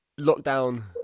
lockdown